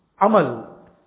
amal